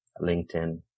LinkedIn